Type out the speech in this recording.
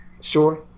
sure